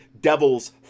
devil's